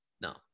No